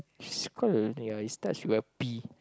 sucker ya it starts with a B